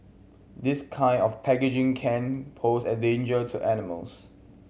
this kind of packaging can pose a danger to animals